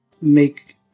make